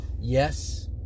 yes